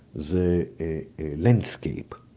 the, landscape,